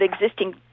existing